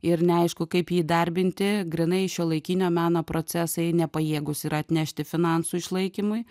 ir neaišku kaip jį įdarbinti grynai šiuolaikinio meno procesai nepajėgūs yra atnešti finansų išlaikymui